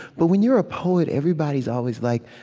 but when you're a poet, everybody's always like,